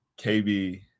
KB –